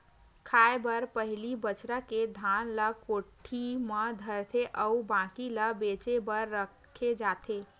खाए बर पहिली बछार के धान ल कोठी म धरथे अउ बाकी ल बेचे बर राखे जाथे